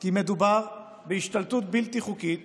כי מדובר בהשתלטות בלתי חוקית